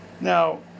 now